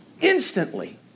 instantly